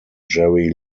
jerry